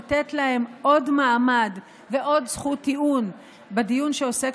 לתת להם עוד מעמד ועוד זכות טיעון בדיון שעוסק